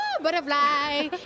butterfly